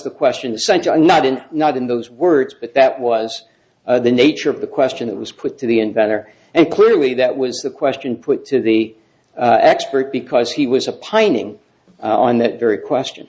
the question such a night and not in those words but that was the nature of the question that was put to the inventor and clearly that was the question put to the expert because he was a pining on that very question